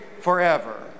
forever